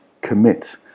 commit